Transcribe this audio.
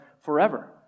forever